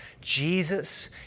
Jesus